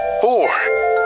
Four